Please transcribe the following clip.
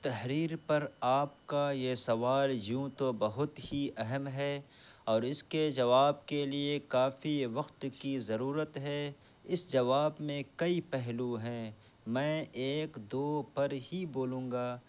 تحریر پر آپ کا یہ سوال یوں تو بہت ہی اہم ہے اور اس کے جواب کے لیے کافی وقت کی ضرورت ہے اس جواب میں کئی پہلو ہیں میں ایک دو پر ہی بولوں گا